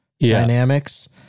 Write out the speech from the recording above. dynamics